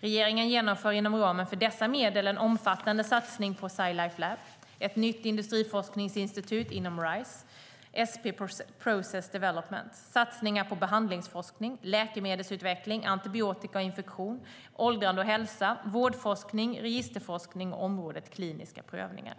Regeringen genomför inom ramen för dessa medel en omfattande satsning på Sci Life Lab, ett nytt industriforskningsinstitut inom Rise, SP Process Development, satsningar på behandlingsforskning, läkemedelsutveckling, antibiotika och infektion, åldrande och hälsa, vårdforskning, registerforskning och området kliniska prövningar.